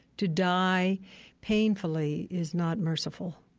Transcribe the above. to die painfully is not merciful.